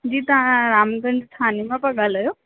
जी तव्हां रामगंज थाने मां पिया ॻाल्हायो